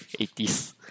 80s